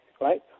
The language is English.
Right